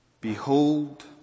Behold